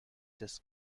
des